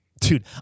dude